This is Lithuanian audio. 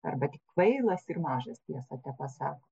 arba kvailas ir mažas tiesą tepasako